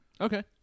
Okay